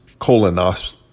colonoscopy